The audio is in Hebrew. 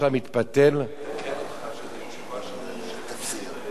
אני מעדכן אותך שזו תשובה של הממשלה אחרי שהיועצים